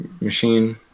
machine